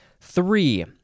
Three